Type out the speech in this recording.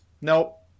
nope